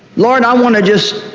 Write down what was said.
lord, i want to just